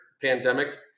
pandemic